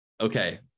Okay